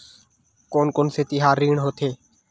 कोन कौन से तिहार ऋण होथे?